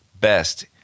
best